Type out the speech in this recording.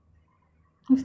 society